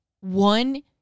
one